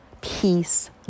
peace